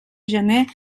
gener